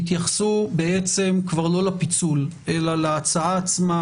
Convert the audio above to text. יתייחסו כבר לא לפיצול אלא להצעה עצמה,